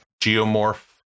geomorph